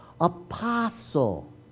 Apostle